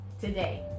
today